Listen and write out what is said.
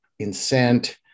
incent